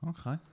Okay